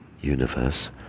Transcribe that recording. universe